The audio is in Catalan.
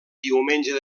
diumenge